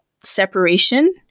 separation